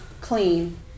clean